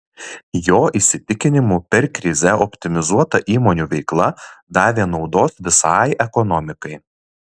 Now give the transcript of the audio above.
jo įsitikinimu per krizę optimizuota įmonių veikla davė naudos visai ekonomikai